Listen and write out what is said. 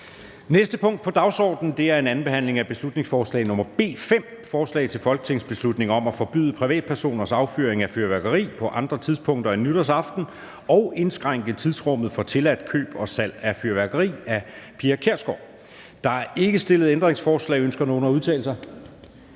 næste punkt på dagsordenen er: 5) 2. (sidste) behandling af beslutningsforslag nr. B 5: Forslag til folketingsbeslutning om at forbyde privatpersoners affyring af fyrværkeri på andre tidspunkter end nytårsaften og indskrænke tidsrummet for tilladt køb og salg af fyrværkeri. Af Pia Kjærsgaard (DF) m.fl. (Fremsættelse 04.10.2023. 1.